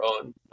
own